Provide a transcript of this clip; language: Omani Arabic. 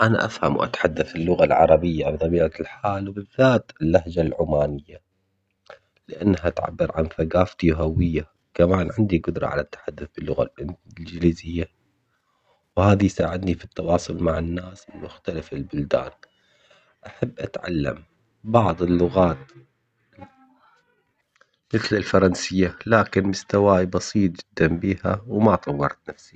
أنا أفهم وأتحدث العربية بطبيعة الحال وبالذات اللهجة العمانية لأنها تعبر عن ثقافتي وهوية، كمان عندي قدرة على التحدث باللغة الإنجليزية وهذا يساعدني في التواصل مع الناس بمختلف البلدان، أحب أتعلم بعض اللغات مثل الفرنسية لكن مستواي بسيط جداً بيها وما طورت نفسي.